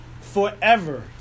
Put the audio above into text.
forever